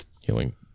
healing